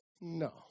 No